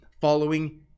following